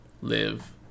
live